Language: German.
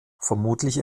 vermutlich